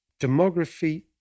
demography